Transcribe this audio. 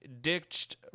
ditched